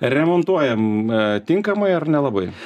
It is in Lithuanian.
remontuojam e tinkamai ar nelabai